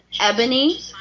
Ebony